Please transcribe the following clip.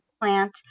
plant